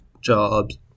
jobs